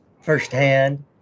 firsthand